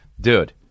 Dude